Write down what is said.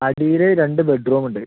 അടിയില് രണ്ട് ബെഡ്റൂമ് ഉണ്ട്